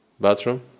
bathroom